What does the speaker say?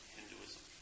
Hinduism